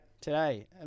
Today